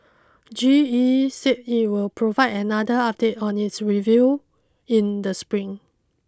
G E said it will provide another update on its review in the spring